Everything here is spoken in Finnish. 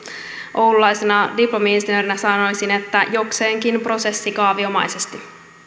oululaisena diplomi insinöörinä sanoisin että jokseenkin prosessikaaviomaisesti